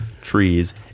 Trees